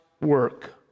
work